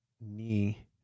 knee